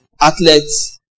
athletes